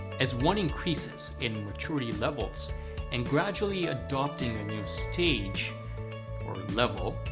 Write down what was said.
as one increases in maturity levels and gradually adopting a new stage or level,